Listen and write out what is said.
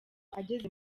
ageze